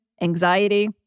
anxiety